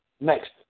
Next